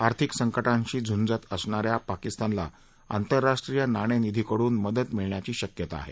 आर्थिक संकटाशी झुंजत असणाऱ्या पाकिस्तानला आंतरराष्ट्रीय नाणेनिधीकडून मदत मिळण्याची शक्यता आहे